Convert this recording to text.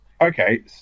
Okay